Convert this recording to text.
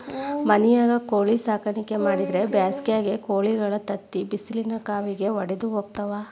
ಮನ್ಯಾಗ ಕೋಳಿ ಸಾಕಾಣಿಕೆ ಮಾಡಿದ್ರ್ ಬ್ಯಾಸಿಗ್ಯಾಗ ಕೋಳಿಗಳ ತತ್ತಿ ಬಿಸಿಲಿನ ಕಾವಿಗೆ ವಡದ ಹೋಗ್ತಾವ